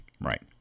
Right